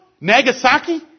Nagasaki